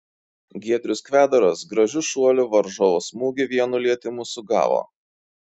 giedrius kvedaras gražiu šuoliu varžovo smūgį vienu lietimu sugavo